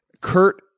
Kurt